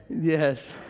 yes